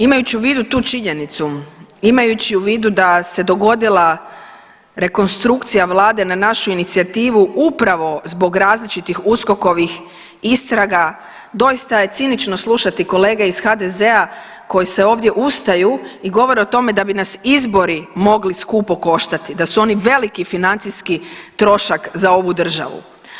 Imajući u vidu tu činjenicu, imajući u vidu da se dogodila rekonstrukcija vlade na našu inicijativu upravo zbog različitih USKOK-ovih istraga doista je cinično slušati kolege iz HDZ-a koji se ovdje ustaju i govore o tome da bi nas izbori mogli skupo koštati, da su oni veliki financijski trošak za ovu državu.